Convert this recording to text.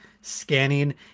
scanning